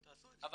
אבל